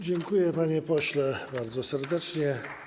Dziękuję, panie pośle, bardzo serdecznie.